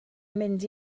mynd